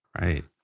right